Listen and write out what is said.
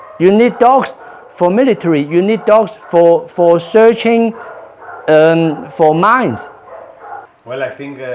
you need dogs for military, you need dogs for for searching and for mines well, i think